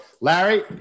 Larry